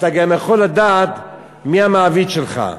אתה גם יכול לדעת מי המעביד שלך.